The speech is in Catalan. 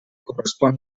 correspon